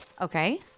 Okay